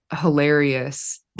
hilarious